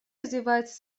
развивается